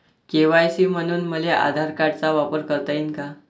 KYC म्हनून मले आधार कार्डाचा वापर करता येईन का?